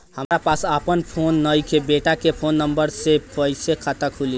हमरा पास आपन फोन नईखे बेटा के फोन नंबर से खाता कइसे खुली?